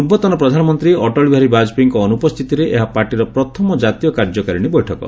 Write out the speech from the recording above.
ପୂର୍ବତନ ପ୍ରଧାନମନ୍ତ୍ରୀ ଅଟଳ ବିହାରୀ ବାଜପେୟୀଙ୍କ ଅନୁପସ୍ଥିତିରେ ଏହା ପାର୍ଟିର ପ୍ରଥମ ଜାତୀୟ କାର୍ଯ୍ୟକାରିଣୀ ବୈଠକ